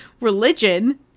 religion